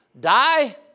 die